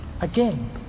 again